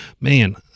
man